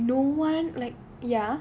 I feel like no one like ya